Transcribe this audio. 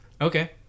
okay